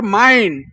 mind